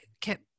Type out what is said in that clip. kept